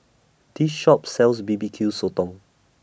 This Shop sells B B Q Sotong